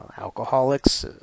Alcoholics